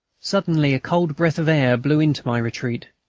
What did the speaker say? suddenly a cold breath of air blew into my retreat.